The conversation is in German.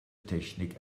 technik